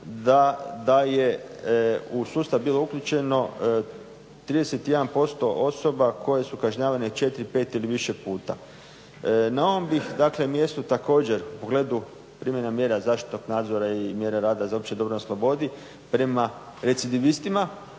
da je u sustav bilo uključeno 31% osoba koje su kažnjavane 4, 5 ili više puta. Na ovom bih dakle mjestu također u pogledu primjena mjera zaštitnog nadzora i mjera rada za opće dobro na slobodi prema … možda